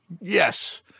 Yes